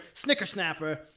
Snickersnapper